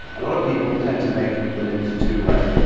a lot of people tend to make their mince too wet.